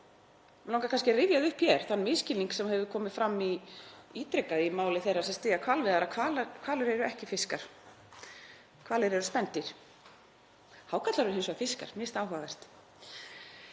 Mig langar kannski að rifja upp hér þann misskilning sem hefur komið fram ítrekað í máli þeirra sem styðja hvalveiðar að hvalir eru ekki fiskar, hvalir eru spendýr. Hákarlar eru hins vegar fiskar, mér finnst